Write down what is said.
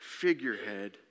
figurehead